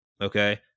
okay